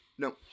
No